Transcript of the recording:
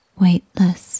Weightless